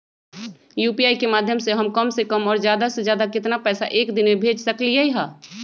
UPI के माध्यम से हम कम से कम और ज्यादा से ज्यादा केतना पैसा एक दिन में भेज सकलियै ह?